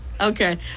Okay